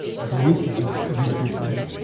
but i will suggest to these people.